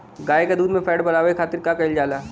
गाय के दूध में फैट बढ़ावे खातिर का कइल जाला?